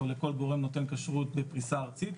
או לכל גורם נותן כשרות בפריסה ארצית.